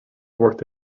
worked